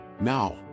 Now